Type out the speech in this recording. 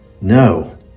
No